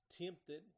tempted